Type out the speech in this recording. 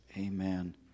Amen